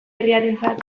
herritarrentzat